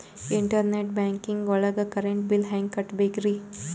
Internet banking ಒಳಗ್ current bill ಹೆಂಗ್ ಕಟ್ಟ್ ಬೇಕ್ರಿ?